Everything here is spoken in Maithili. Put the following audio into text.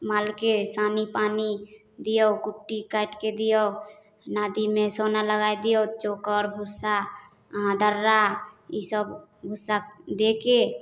मालके सानी पानि दिऔ कुट्टी काटिके दिऔ नादिमे सोना लगै दिऔ चोकर भुस्सा अहाँ दर्रा ईसब भुस्सा देके